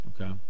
Okay